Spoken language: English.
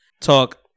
talk